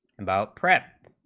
about crack